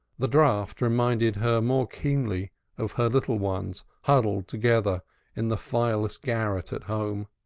the draught reminded her more keenly of her little ones huddled together in the fireless garret at home.